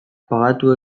pagatu